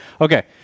Okay